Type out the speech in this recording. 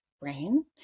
brain